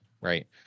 right